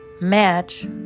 match